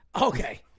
Okay